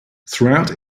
throughout